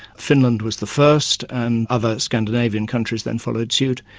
finland was the first, and other scandinavian countries then followed suit,